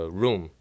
room